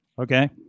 Okay